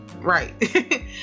Right